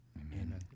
Amen